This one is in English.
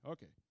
Okay